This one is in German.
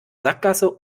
sackgasse